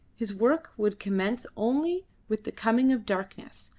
his work would commence only with the coming of darkness.